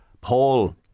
Paul